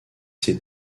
ses